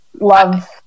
love